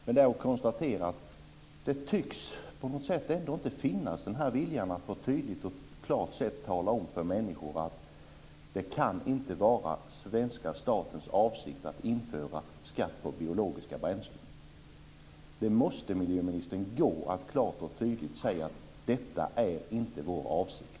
Det är bara att konstatera att viljan att på ett tydligt och klart sätt tala om för människor att det inte kan vara svenska statens avsikt att införa skatt på biologiska bränslen på något sätt ändå inte tycks finnas. Det måste gå, miljöministern, att klart och tydligt säga att detta inte är vår avsikt.